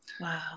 wow